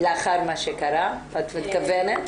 לאחר מה שקרה את מתכוונת?